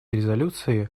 резолюции